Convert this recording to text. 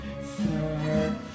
sir